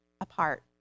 apart